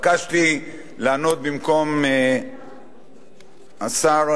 התבקשתי לענות במקום השר,